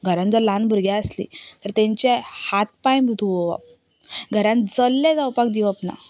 घरांत जर ल्हान भुरगीं आसलीं तेंचे हात पांय धुवप घरांत जल्ले जावपाक दिवप ना